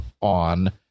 on